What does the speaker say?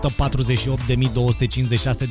148.256